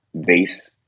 base